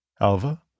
Alva